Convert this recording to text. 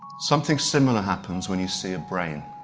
something similar happens when you see a brain